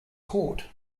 caught